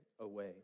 away